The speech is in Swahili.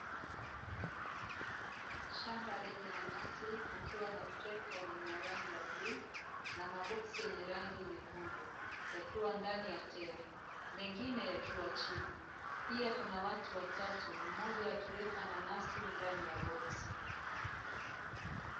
Shamba lenye nanasi kukiwa na trekta lenye rangi ya bluu na maboksi yenye rangi nyekundu yakiwa ndani ya tela, mengine yakiwa chini. Pia kuna watu watatu; mmoja akiweka nanasi ndani ya boksi.